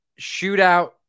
Shootout